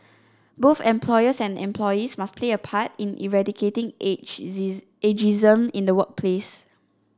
both employers and employees must play their part in eradicating age this ageism in the workplace